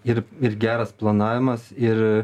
ir ir geras planavimas ir